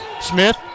Smith